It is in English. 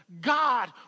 God